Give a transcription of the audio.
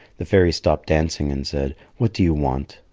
the fairy stopped dancing and said, what do you want?